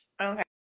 Okay